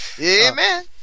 Amen